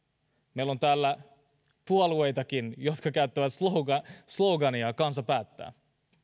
meillä on täällä puolueitakin jotka käyttävät slogania slogania kansa päättää